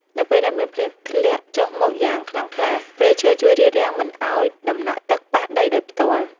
នៅពេលដែលមានភ្លៀងធ្លាក់ចុះមកយ៉ាងខ្លាំងខ្លា ព្រៃឈើជួយរារាំងមិនឱ្យដំណក់ទឹកប៉ះដីដោយផ្ទាល់។